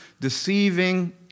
deceiving